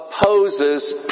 opposes